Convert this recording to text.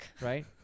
right